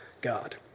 God